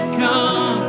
come